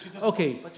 Okay